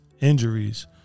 injuries